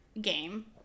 game